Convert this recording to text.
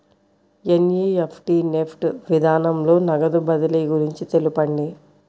NEFT NEFT విధానంలో నగదు బదిలీ గురించి తెలుపండి?